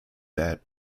that